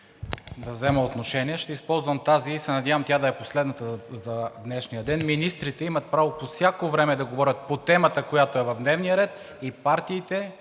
да взема отношение, ще използвам тази и се надявам тя да е последната за днешния ден. Министрите имат право по всяко време да говорят по темата, която е в дневния ред, а партиите